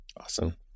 awesome